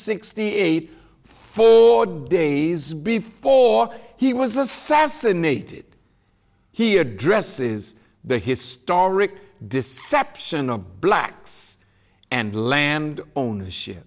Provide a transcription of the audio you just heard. sixty eight four days before he was assassinated he addresses the historic deception of blacks and land ownership